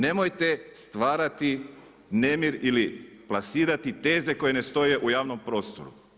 Nemojte stvarati nemir ili plasirati teze koje ne stoje u javnom prostoru.